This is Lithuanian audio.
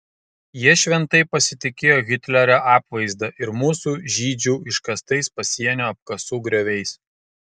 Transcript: jie šventai pasitikėjo hitlerio apvaizda ir mūsų žydžių iškastais pasienio apkasų grioviais